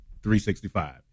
365